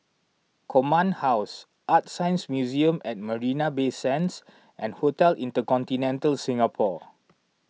Command House ArtScience Museum at Marina Bay Sands and Hotel Intercontinental Singapore